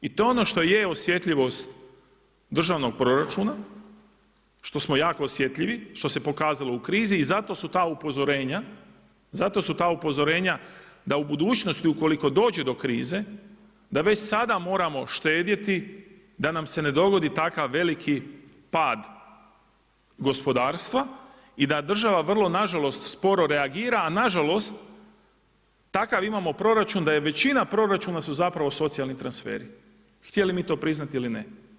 I to ono što je osjetljivost državnog proračuna, što smo jako osjetljivi, što se pokazalo u krizi i zato su ta upozorenja da u budućnosti ukoliko dođe do krize da već sada moramo štedjeti da nam se ne dogodi takav veliki pad gospodarstva i da država vrlo na žalost sporo reagira, a na žalost takav imamo proračun da je većina proračuna su zapravo socijalni transferi htjeli mi to priznati ili ne.